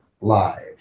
live